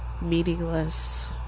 meaningless